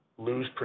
Lose